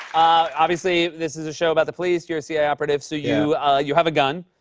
obviously, this is a show about the police. you're a cia operative. so you ah you have a gun.